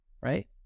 right